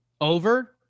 Over